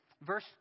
Verse